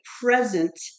present